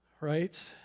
right